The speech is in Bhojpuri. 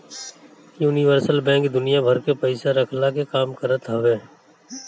यूनिवर्सल बैंक दुनिया भर के पईसा रखला के काम करत हवे